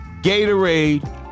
Gatorade